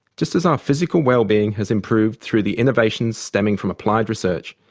just as our physical well-being has improved through the innovations stemming from applied research,